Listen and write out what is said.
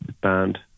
band